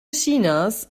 chinas